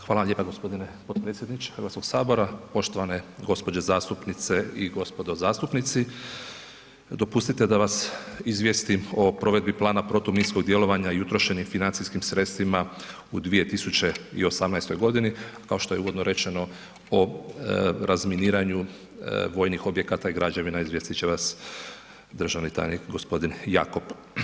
Hvala vam lijepa g. podpredsjedniče HS, poštovane gđe. zastupnice i gospodo zastupnici, dopustite da vas izvijestim o provedbi plana protuminskog djelovanja i utrošenim financijskim sredstvima u 2018.g., kao što je uvodno rečeno, o razminiranju vojnih objekata i građevina, izvijestit će vas državni tajnik g. Jakop.